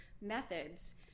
methods